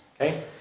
Okay